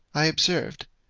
i observed,